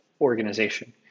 organization